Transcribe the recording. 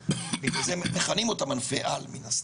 בגלל זה מכנים אותם ענפי על מן הסתם.